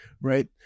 right